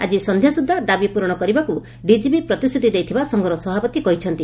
ଆଜି ସକ୍ଷ୍ୟା ସୁଦ୍ଧା ଦାବି ପ୍ରରଣ କରିବାକୁ ଡିକିପି ପ୍ରତିଶ୍ରତି ଦେଇଥିବା ସଂଘର ସଭାପତି କହିଛନ୍ତି